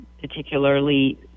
particularly